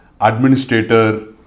administrator